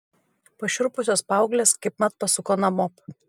pašiurpusios paauglės kaipmat pasuko namop